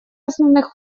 основных